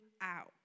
out